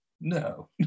No